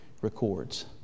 records